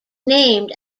named